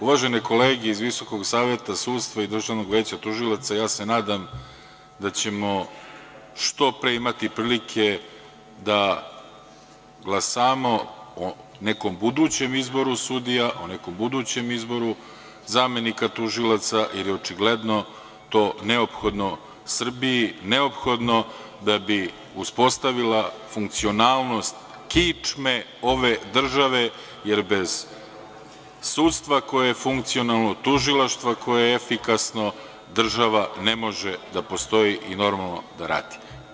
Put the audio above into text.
Uvažene kolege iz Visokog saveta sudstva i Državnog veća tužilaca, nadam se da ćemo što pre imati prilike da glasamo o nekom budućem izboru sudija, o nekom budućem izboru zamenika tužilaca, jer je očigledno to neophodno Srbiji, neophodno da bi uspostavila funkcionalnost kičme ove države, jer bez sudstva koje je funkcionalno, tužilaštvo koje je efikasno država ne može da postoji i normalno da radi.